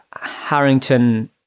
Harrington